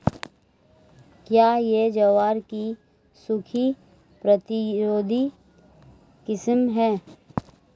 क्या यह ज्वार की सूखा प्रतिरोधी किस्म है?